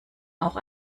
auch